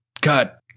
cut